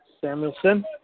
Samuelson